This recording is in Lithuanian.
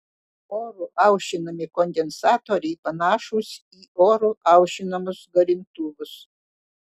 oru aušinami kondensatoriai panašūs į oru aušinamus garintuvus